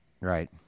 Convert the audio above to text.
Right